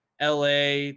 LA